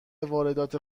واردات